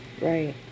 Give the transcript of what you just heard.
Right